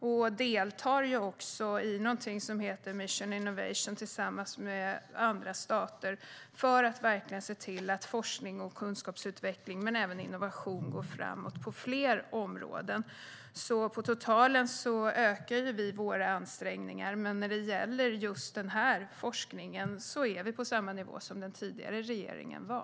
Vi deltar också i någonting som heter Mission Innovation tillsammans med andra stater för att verkligen se till att forskning och kunskapsutveckling men även innovation går framåt på fler områden. På totalen ökar vi våra ansträngningar. Men när det gäller just den här forskningen är vi på samma nivå som den tidigare regeringen var.